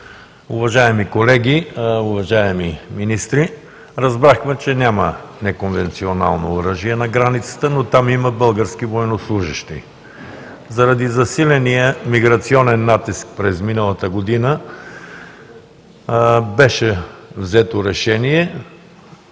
Уважаеми колеги, уважаеми министри! Разбрахме, че няма неконвенционално оръжие на границата, но там има български военнослужещи. Заради засиления миграционен натиск през миналата година беше взето решение,